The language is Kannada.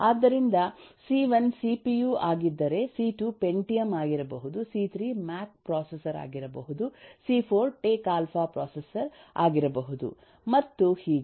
ಆದ್ದರಿಂದ ಸಿ1 ಸಿಪಿಯು ಆಗಿದ್ದರೆ ಸಿ2 ಪೆಂಟಿಯಮ್ ಆಗಿರಬಹುದು ಸಿ3 ಮ್ಯಾಕ್ ಪ್ರೊಸೆಸರ್ ಆಗಿರಬಹುದು ಸಿ4 ಟೇಕ್ ಆಲ್ಫಾ ಪ್ರೊಸೆಸರ್ ಆಗಿರಬಹುದು 1015 ಮತ್ತು ಹೀಗೆ